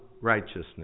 righteousness